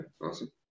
Awesome